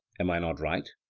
am i not right?